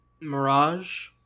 mirage